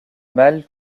mal